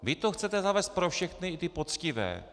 Vy to chcete zavést pro všechny, i ty poctivé.